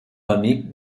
amic